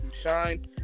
shine